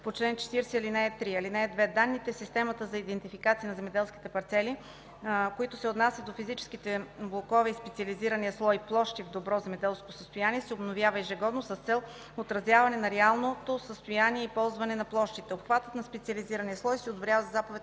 по чл. 40, ал. 3. (2) Данните в системата за идентификация на земеделските парцели, които се отнасят до физическите блокове и специализирания слой „Площи в добро земеделско състояние”, се обновяват ежегодно с цел отразяване на реалното състояние и ползване на площите. Обхватът на специализирания слой се одобрява със заповед